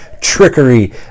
trickery